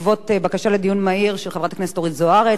בעקבות בקשה לדיון מהיר של חברת הכנסת אורית זוארץ,